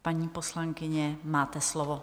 Paní poslankyně, máte slovo.